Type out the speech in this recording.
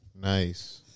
Nice